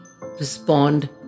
respond